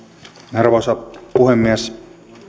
arvoisa puhemies